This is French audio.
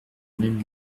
même